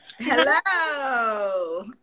Hello